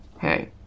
Hey